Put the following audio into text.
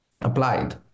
applied